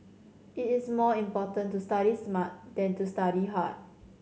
it is more important to study smart than to study hard